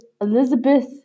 Elizabeth